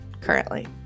currently